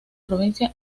provincia